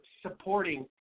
supporting